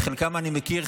את חלקם אני מכיר,